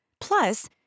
Plus